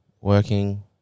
working